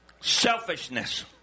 Selfishness